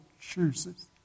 chooses